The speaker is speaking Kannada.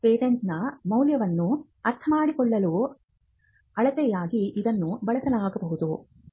ಪೇಟೆಂಟ್ನ ಮೌಲ್ಯವನ್ನು ಅರ್ಥಮಾಡಿಕೊಳ್ಳುವ ಅಳತೆಯಾಗಿ ಇದನ್ನು ಬಳಸಬಹುದು